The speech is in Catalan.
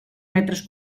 metres